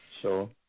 sure